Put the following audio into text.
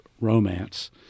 romance